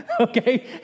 Okay